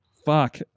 Fuck